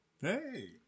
Hey